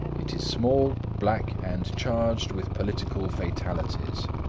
it is small, black and charged with political fatalities.